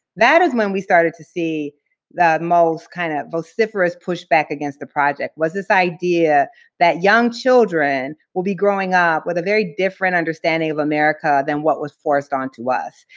that is when we started to see the most kind of vociferous pushback against the project, was this idea that young children will be growing up with a very different understanding of america than what was forced onto us.